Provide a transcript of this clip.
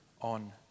on